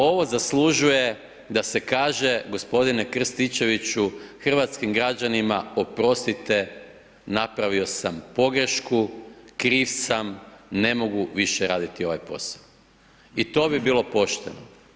Ovo zaslužuje da se kaže g. Krstičeviću, hrvatskim građanima oprostite, napravio sam pogrešku, kriv sam, ne mogu više raditi ovaj posao i to bi bilo pošteno.